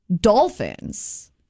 dolphins